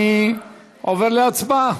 אני עובר להצבעה.